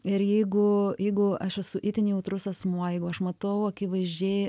ir jeigu jeigu aš esu itin jautrus asmuo jeigu aš matau akivaizdžiai